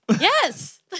Yes